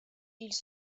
ils